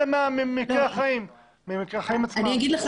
אלא ממקרי החיים עצמם.